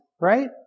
right